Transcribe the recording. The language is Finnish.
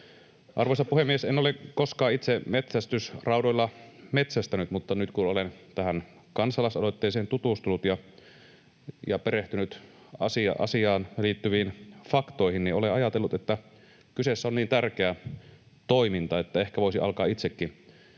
Arvoisa puhemies! En ole koskaan itse metsästysraudoilla metsästänyt, mutta nyt kun olen tähän kansalaisaloitteeseen tutustunut ja perehtynyt asiaan liittyviin faktoihin, niin olen ajatellut, että kyseessä on niin tärkeä toiminta, että ehkä voisi alkaa itsekin